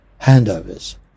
handovers